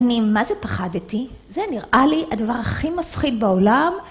אני מה זה פחדתי? זה נראה לי הדבר הכי מפחיד בעולם